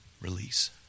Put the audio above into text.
release